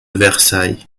versailles